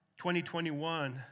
2021